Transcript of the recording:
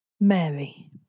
Mary